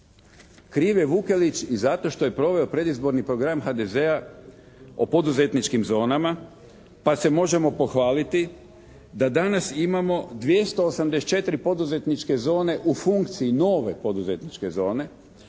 Kriv je Vukelić i zato što je proveo predizborni program HDZ-a o poduzetničkim zonama pa se možemo pohvaliti da danas imamo 284 poduzetničke zone u funkciji, nove poduzetničke zone